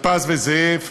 לפז וזאב,